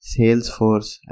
Salesforce